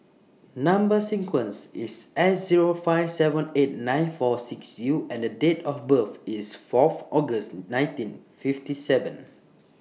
Number sequence IS S Zero five seven eight nine four six U and The Date of birth IS Fourth August nineteen fifty seven